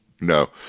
No